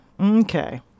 Okay